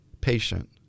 patient